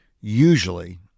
usually